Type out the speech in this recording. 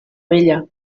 vella